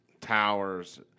towers